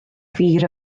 fur